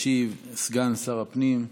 ישיב סגן שר הפנים,